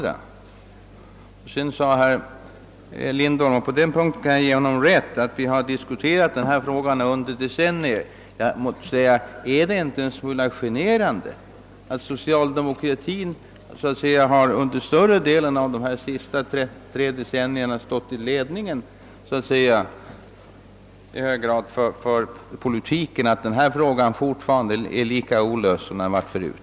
Herr Lindholm framhöll också — och på den punkten måste jag ge honom rätt — att denna fråga har diskuterats under decennier. Är det inte en smula generande för socialdemokraterna, som under större delen av de senaste tre decennierna stått i ledningen för politiken, att frågan fortfarande är olöst?